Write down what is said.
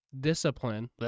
discipline